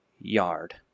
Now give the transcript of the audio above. yard